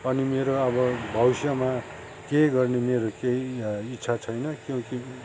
अनि मेरो अब भविष्यमा केही गर्ने मेरो केही इच्छा छैन क्यू कि